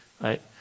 right